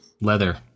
Leather